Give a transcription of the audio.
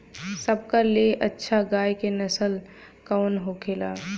सबका ले अच्छा गाय के नस्ल कवन होखेला?